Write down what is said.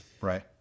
Right